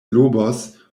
lobos